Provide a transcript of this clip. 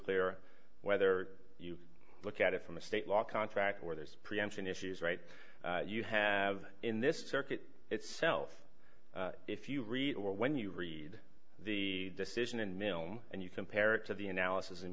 clear whether you look at it from the state law contract or there's preemption issues right you have in this circuit itself if you read or when you read the decision in milne and you compare it to the analysis